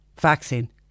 vaccine